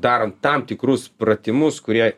darant tam tikrus pratimus kurie